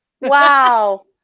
wow